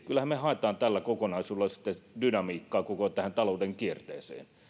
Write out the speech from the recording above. kyllähän me haemme tällä kokonaisuudella dynamiikkaa koko talouden kierteeseen